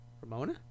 Ramona